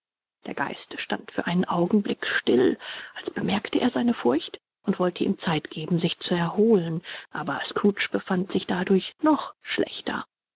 der geist stand für einen augenblick still als bemerkte er seine furcht und wollte ihm zeit geben sich zu erholen aber scrooge befand sich dadurch noch schlechter